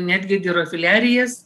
netgi dirofiliarijas